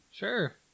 Sure